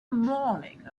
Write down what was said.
morning